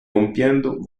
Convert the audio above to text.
compiendo